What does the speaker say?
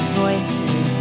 voices